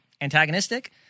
antagonistic